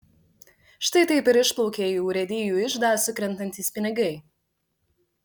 štai taip ir išplaukia į urėdijų iždą sukrentantys pinigai